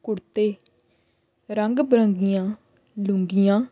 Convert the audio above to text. ਕੁੜਤੇ ਰੰਗ ਬਰੰਗੀਆਂ ਲੁੰਗੀਆਂ